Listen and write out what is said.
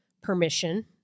permission